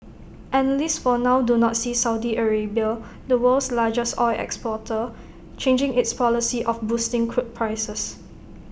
analysts for now do not see Saudi Arabia the world's largest oil exporter changing its policy of boosting crude prices